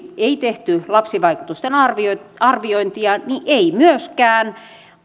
ei tehty lapsivaikutusten arviointia niin ei myöskään